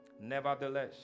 Nevertheless